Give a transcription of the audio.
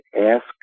ask